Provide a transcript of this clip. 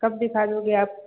कब दिखा दोगे आप